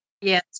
yes